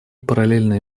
параллельные